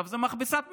זה מכבסת מילים.